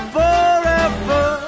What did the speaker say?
forever